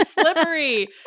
slippery